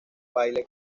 baile